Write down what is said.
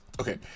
Okay